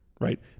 right